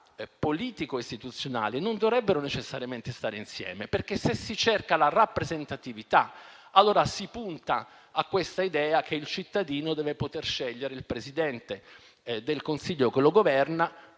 politico-istituzionale, non dovrebbero necessariamente stare insieme, perché se si cerca la rappresentatività, allora si punta all'idea che il cittadino deve poter scegliere il Presidente del Consiglio che lo governa,